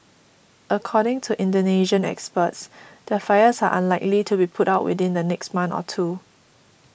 according to Indonesian experts the fires are unlikely to be put out within the next month or two